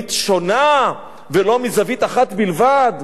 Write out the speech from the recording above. מזווית שונה ולא מזווית אחת בלבד.